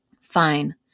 fine